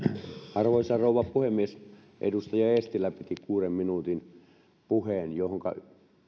arvoisa puhemies edustaja eestilä piti kuuden minuutin puheen